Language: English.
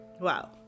Wow